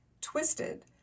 Twisted